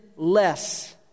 Less